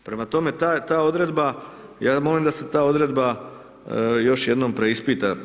Prema tome, ta odredba, ja molim da se ta odredba još jednom preispita.